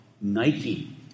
Nike